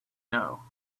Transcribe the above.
know